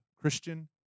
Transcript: Christian